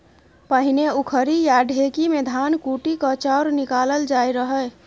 पहिने उखरि या ढेकी मे धान कुटि कए चाउर निकालल जाइ रहय